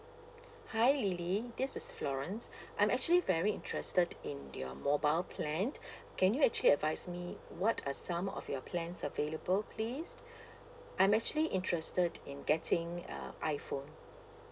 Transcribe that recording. hi lily this is florence I'm actually very interested in your mobile plan can you actually advise me what are some of your plans available please I'm actually interested in getting uh iphone